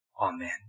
Amen